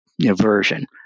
version